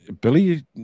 Billy